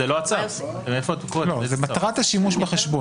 לא, זה מטרת השימוש בחשבון.